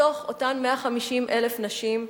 מתוך אותן 150,000 נשים,